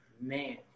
Man